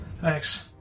Thanks